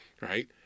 Right